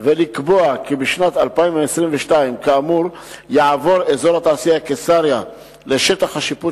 ולקבוע כי בשנת 2022 כאמור יעבור אזור התעשייה קיסריה לשטח השיפוט